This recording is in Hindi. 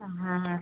हाँ